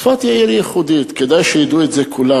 צפת היא עיר ייחודית, כדאי שידעו את זה כולם.